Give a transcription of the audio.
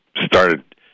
started